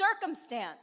circumstance